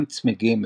גם צמיגים,